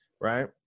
right